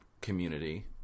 community